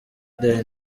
day